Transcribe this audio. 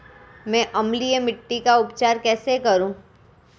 मैं अम्लीय मिट्टी का उपचार कैसे करूं?